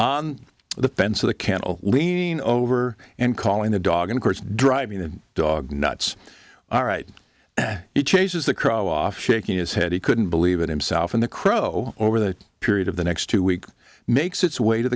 on the fence of the candle lean over and calling the dog and course driving the dog nuts all right and he chases the crow off shaking his head he couldn't believe it himself and the crow over the period of the next two weeks makes its way to